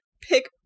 pick